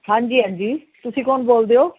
ਹਾਂਜੀ ਹਾਂਜੀ ਤੁਸੀਂ ਕੌਣ ਬੋਲਦੇ ਹੋ